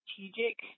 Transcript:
strategic